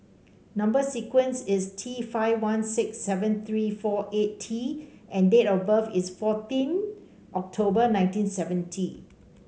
number sequence is T five one six seven three four eight T and date of birth is fourteen October nineteen seventy